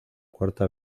cuarta